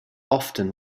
often